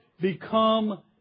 become